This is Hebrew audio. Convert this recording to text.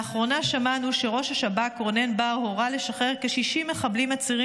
לאחרונה שמענו שראש השב"כ רונן בר הורה לשחרר כ-60 מחבלים עצירים